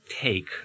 take